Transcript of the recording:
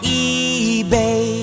eBay